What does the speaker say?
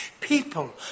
People